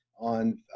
on